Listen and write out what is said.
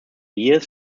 years